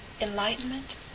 enlightenment